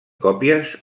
còpies